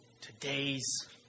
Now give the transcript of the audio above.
today's